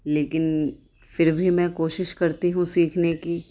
لیکن پھر بھی میں کوشش کرتی ہوں سیکھنے کی